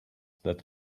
that